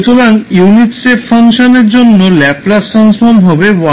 সুতরাং unit step ফাংশনের জন্য ল্যাপলাস ট্রান্সফর্ম হবে 1s